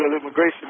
immigration